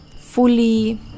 fully